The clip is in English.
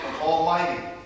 Almighty